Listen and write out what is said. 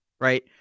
Right